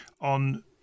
on